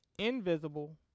invisible